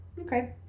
Okay